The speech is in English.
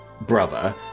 brother